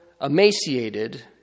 emaciated